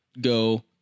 go